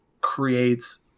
creates